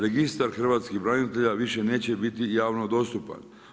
Registar hrvatskih branitelja više neće biti javno dostupan.